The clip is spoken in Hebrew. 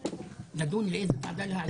נדון לאיזו ועדה להעביר.